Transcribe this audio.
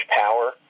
power